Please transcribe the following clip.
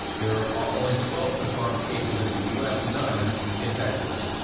there are are only twelve confirmed cases in the us none in texas.